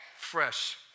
Fresh